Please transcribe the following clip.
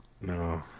No